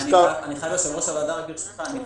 לא